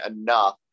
enough